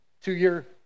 Two-year